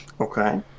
Okay